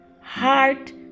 heart